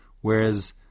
whereas